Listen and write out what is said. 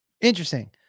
interesting